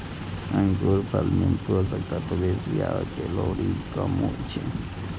अंगूरफल मे पोषक तत्व बेसी आ कैलोरी कम होइ छै